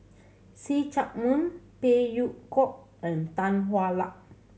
See Chak Mun Phey Yew Kok and Tan Hwa Luck